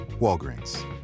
Walgreens